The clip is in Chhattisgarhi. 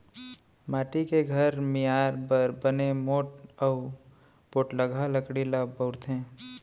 माटी के घर मियार बर बने मोठ अउ पोठलगहा लकड़ी ल बउरथे